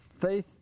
Faith